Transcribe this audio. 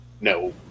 no